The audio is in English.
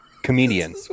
comedian